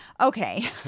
okay